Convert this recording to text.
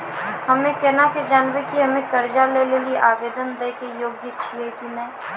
हम्मे केना के जानबै कि हम्मे कर्जा लै लेली आवेदन दै के योग्य छियै कि नै?